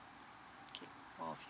okay four of you